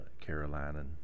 Carolina